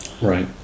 Right